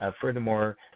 Furthermore